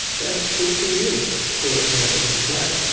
that took twenty years for the parapets to crack,